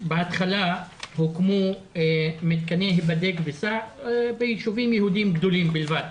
בהתחלה הוקמו מתקני "היבדק וסע" בישובים יהודיים גדולים בלבד.